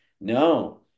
No